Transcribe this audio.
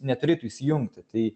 neturėtų įsijungti tai